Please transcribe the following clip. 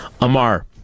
Amar